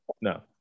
no